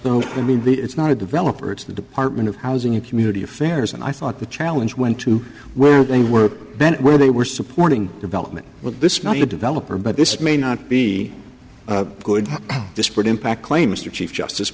though will be it's not a developer it's the department of housing and community affairs and i thought the challenge went to where they were then where they were supporting development with this not the developer but this may not be a good disparate impact claim mr chief justice